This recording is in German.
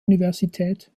universität